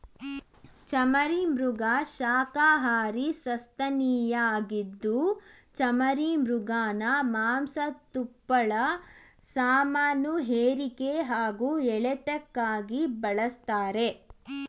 ಚಮರೀಮೃಗ ಶಾಖಹಾರಿ ಸಸ್ತನಿಯಾಗಿದ್ದು ಚಮರೀಮೃಗನ ಮಾಂಸ ತುಪ್ಪಳ ಸಾಮಾನುಹೇರಿಕೆ ಹಾಗೂ ಎಳೆತಕ್ಕಾಗಿ ಬಳಸ್ತಾರೆ